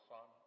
Son